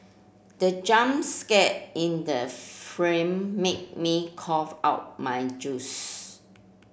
the jump scare in the made me cough out my juice